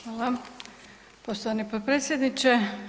Hvala poštovani potpredsjedniče.